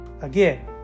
Again